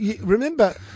remember